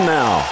now